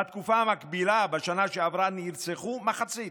בתקופה המקבילה בשנה שעברה נרצחו מחצית.